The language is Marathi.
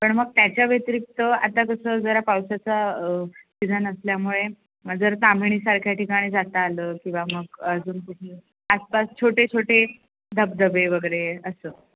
पण मग त्याच्या व्यतिरिक्त आता कसं जरा पावसाचा सीझन असल्यामुळे जर ताम्हिणीसारख्या ठिकाणी जाता आलं किंवा मग अजून कुठे आसपास छोटे छोटे धबधबे वगैरे असं